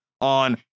on